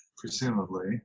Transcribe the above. Presumably